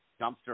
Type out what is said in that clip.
dumpster